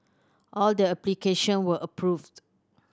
all the application were approved